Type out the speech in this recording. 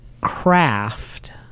craft